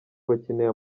bakeneye